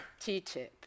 TTIP